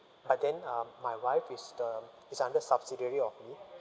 but then um my wife is the is under subsidiary of me